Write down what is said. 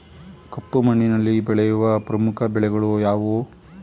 ಕಪ್ಪು ಮಣ್ಣಿನಲ್ಲಿ ಬೆಳೆಯುವ ಪ್ರಮುಖ ಬೆಳೆಗಳು ಯಾವುವು?